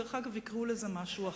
דרך אגב, יקראו לזה משהו אחר.